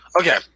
okay